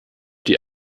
die